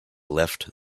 left